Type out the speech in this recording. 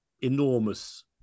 enormous